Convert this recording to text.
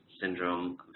syndrome